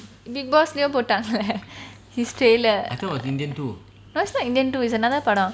big boss லயும் போட்டாங்க:laum potanga his trailer no it's not indian two it's another padam